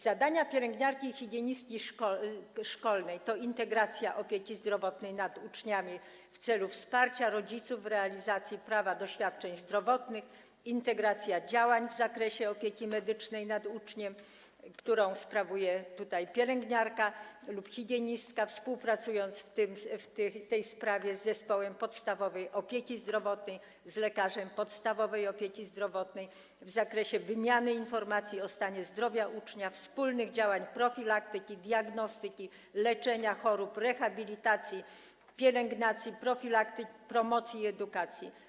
Zadania pielęgniarki albo higienistki szkolnej to integracja opieki zdrowotnej nad uczniami w celu wsparcia rodziców w realizacji prawa do świadczeń zdrowotnych, integracja działań w zakresie opieki medycznej nad uczniem, którą sprawuje pielęgniarka lub higienistka, współpracując w tej sprawie z zespołem podstawowej opieki zdrowotnej, z lekarzem podstawowej opieki zdrowotnej w zakresie wymiany informacji o stanie zdrowia ucznia, wspólnych działań w zakresie profilaktyki, diagnostyki, leczenia chorób, rehabilitacji, pielęgnacji, promocji i edukacji.